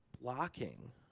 blocking